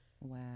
Wow